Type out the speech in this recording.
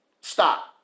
Stop